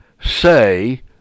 say